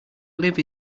live